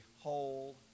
whole